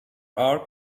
are